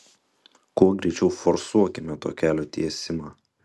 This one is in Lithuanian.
kuo greičiau forsuokime to kelio tiesimą